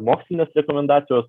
mokslinės rekomendacijos